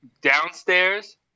downstairs